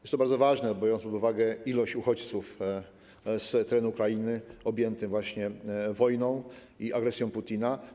Jest to bardzo ważne, biorąc pod uwagę ilość uchodźców z terenu Ukrainy objętego w wojną i agresją Putina.